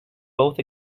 both